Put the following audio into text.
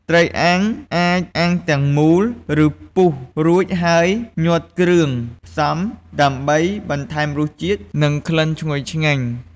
ត្រីអាំង អាចអាំងទាំងមូល ឬពុះរួចហើយញាត់គ្រឿងផ្សំ ដើម្បីបន្ថែមរសជាតិ និងក្លិនឈ្ងុយឆ្ងាញ់។